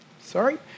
sorry